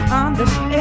understand